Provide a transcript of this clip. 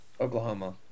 Oklahoma